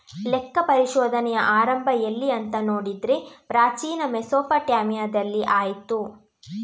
ಲೆಕ್ಕ ಪರಿಶೋಧನೆಯ ಆರಂಭ ಎಲ್ಲಿ ಅಂತ ನೋಡಿದ್ರೆ ಪ್ರಾಚೀನ ಮೆಸೊಪಟ್ಯಾಮಿಯಾದಲ್ಲಿ ಆಯ್ತು